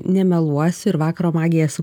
nemeluosiu ir vakaro magiją esu